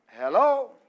Hello